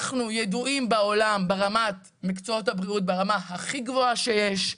אנחנו ידועים בעולם במקצועות הבריאות ברמה הכי גבוהה שיש,